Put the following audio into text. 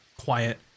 quiet